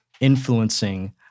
influencing